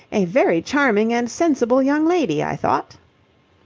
a very charming and sensible young lady, i thought.